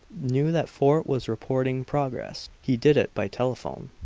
knew that fort was reporting progress. he did it by telephone.